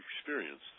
experience